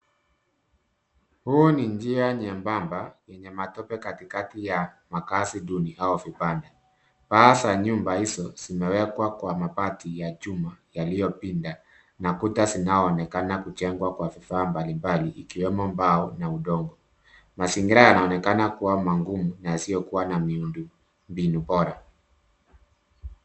Hii ni njia nyembamba yenye matope katikati ya makazi duni au vibanda. Paa ya nyumba hizo zimewekwa kwa mabati ya chuma yaliyo pinda na kuta zinazoonekana kujengwa kwa vifaa mbalimbali zikiwemo mbao na udongo. Mazingira yanaoonekana kuwa magumu na yasiyokuwa na miundombinu bora.